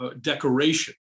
decoration